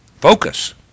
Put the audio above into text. Focus